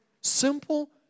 simple